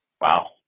Wow